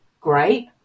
great